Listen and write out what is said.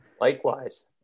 Likewise